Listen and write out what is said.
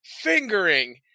fingering